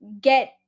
get